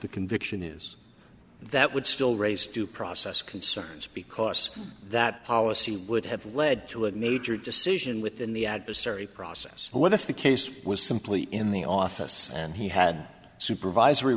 the conviction is that would still raise due process concerns because that policy would have led to a major decision within the adversary process what if the case was simply in the office and he had supervisory